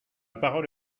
parole